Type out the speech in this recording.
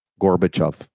Gorbachev